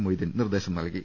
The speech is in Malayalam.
മൊയ്തീൻ നിർദേശം നൽകി